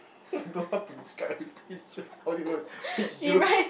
I don't know how to describe as peach juice I only know it's peach juice